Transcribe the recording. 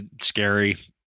scary